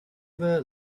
were